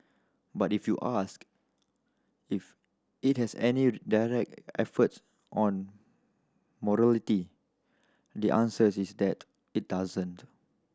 but if you ask if it has any direct efforts on mortality the answer is that it doesn't